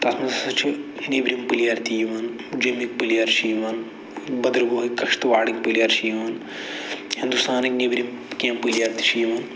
تَتھ منٛز ہسا چھِ نٮ۪برِم پٕلیر تہِ یِوان جیٚمِکۍ پٕلیر چھِ یِوان بٔدٕروٕہٕکۍ کٔشتٕواڑٕکۍ پٕلیر چھِ یِوان ہِندُستانٕکۍ نٮ۪برِم کینٛہہ پٕلی چھِ یِوان